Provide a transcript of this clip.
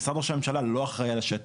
משרד ראש הממשלה לא אחראי על השטח.